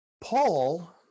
Paul